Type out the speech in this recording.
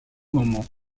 moment